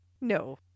No